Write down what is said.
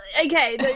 Okay